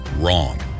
wrong